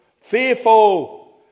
Fearful